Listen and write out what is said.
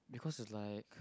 because he was like